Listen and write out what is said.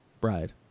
Bride